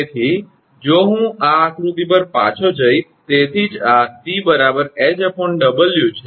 તેથી જો હું આ આકૃતિ પર પાછો જઈશ તેથી જ આ 𝑐 𝐻𝑊 છે